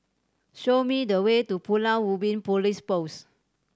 show me the way to Pulau Ubin Police Post